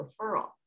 referral